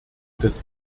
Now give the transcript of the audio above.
des